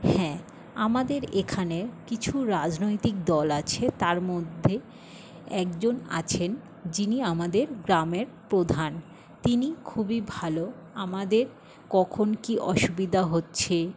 হ্যাঁ আমাদের এখানে কিছু রাজনৈতিক দল আছে তার মধ্যে একজন আছেন যিনি আমাদের গ্রামের প্রধান তিনি খুবই ভালো আমাদের কখন কী অসুবিধা হচ্ছে